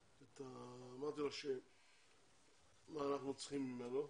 אמרתי לו מה אנחנו צריכים ממנו,